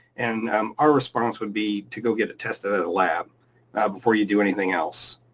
and um our response would be to go get it tested at a lab before you do anything else,